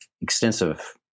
extensive